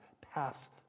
pass